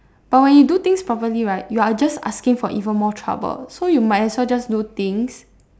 but when you do things properly right you're just asking for even more trouble so you might as well just do things